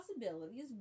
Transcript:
possibilities